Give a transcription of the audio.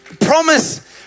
Promise